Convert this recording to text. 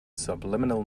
subliminal